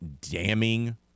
damning